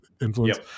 influence